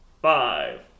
Five